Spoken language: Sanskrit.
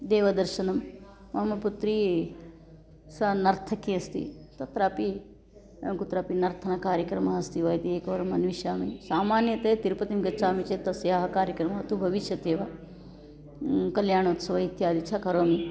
देवदर्शनं मम पुत्री सा नर्तकी अस्ति तत्रापि कुत्रापि नर्तनकार्यक्रमः अस्ति वा इति एकवारम् अन्विषामि सामान्यतया तिरुपतिं गच्छामि चेत् तस्याः कार्यक्रमः तु भविष्यत्येव कल्याणोत्सवः इत्यादि च करोमि